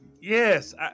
Yes